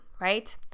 right